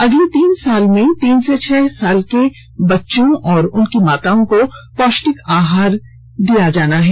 अगले तीन साल में तीन से छह साल के बच्चों व उनकी माताओं को पौष्टिक आहार दिया जायेगा